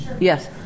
Yes